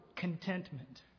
contentment